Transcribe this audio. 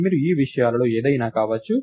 మీరు ఈ విషయాలలో ఏదైనా కావచ్చు